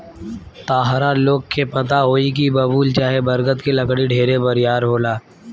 ताहरा लोग के पता होई की बबूल चाहे बरगद के लकड़ी ढेरे बरियार होला